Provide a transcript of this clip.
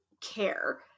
care